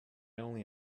only